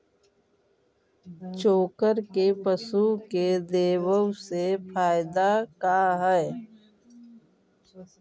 चोकर के पशु के देबौ से फायदा का है?